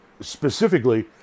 specifically